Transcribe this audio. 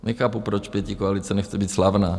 Nechápu, proč pětikoalice nechce být slavná.